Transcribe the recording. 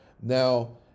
Now